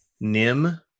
Nim